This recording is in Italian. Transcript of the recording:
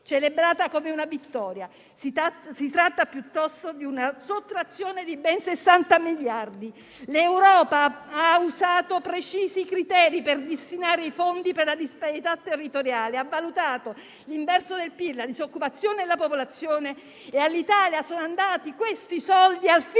celebrato come una vittoria, mentre si tratta di una sottrazione di ben 60 miliardi. L'Europa ha usato precisi criteri per destinare i fondi per la disparità territoriale; ha valutato l'inverso del PIL, la disoccupazione e la popolazione, e all'Italia sono state assegnate